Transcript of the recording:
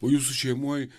o jūsų šeimoj